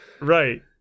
Right